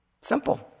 Simple